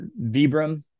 Vibram